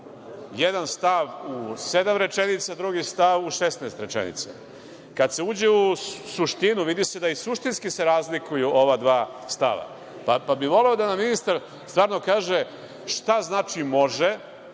jedan stav u sedam rečenica, drugi stav u 16 rečenica. Kada se uđe u suštinu, vidi se da se, i suštinski razlikuju ova dva stava, pa bi voleo da mi ministar stvarno kaže šta znači –može,